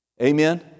Amen